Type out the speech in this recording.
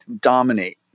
Dominate